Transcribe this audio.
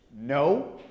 No